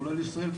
כולל ישראל,